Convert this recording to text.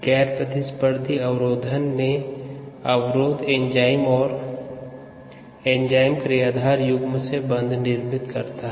गैर प्रतिस्पर्धी अवरोधन में अवरोध एंजाइम और एंजाइम क्रियाधार युग्म से बंध निर्मित करता है